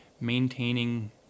maintaining